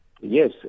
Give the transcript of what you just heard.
Yes